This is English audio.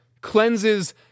cleanses